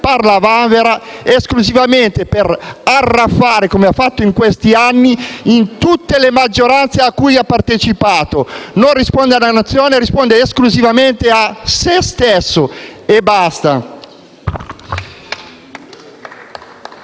parla a vanvera, esclusivamente per arraffare, come ha fatto in questi anni, in tutte le maggioranze cui ha partecipato. Egli non risponde alla Nazione, ma risponde esclusivamente a se stesso e basta. *(Applausi